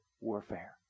warfare